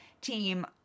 team